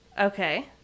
Okay